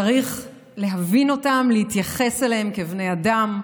צריך להבין אותם, להתייחס אליהם כבני אדם,